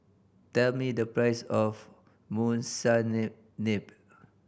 tell me the price of Monsunabe